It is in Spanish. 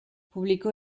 publicó